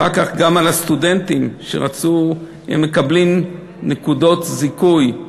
אחר כך, הסטודנטים שמקבלים נקודת זיכוי.